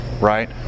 right